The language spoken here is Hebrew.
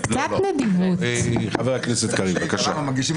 חבר הכנסת קריב, בבקשה.